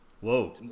Whoa